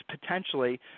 potentially